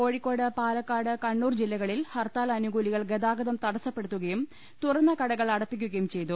കോഴിക്കോട് പാലക്കാട് കണ്ണൂർ ജില്ലകളിൽ ഹർത്താൽ അനുകൂലികൾ ഗതാഗതം തടസ്സപ്പെടുത്തുകയും തുറന്നകടകൾ അടപ്പിക്കുകയും ചെയ്തു